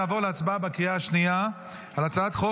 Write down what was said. נעבור להצבעה בקריאה שנייה על הצעת חוק